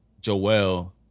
Joel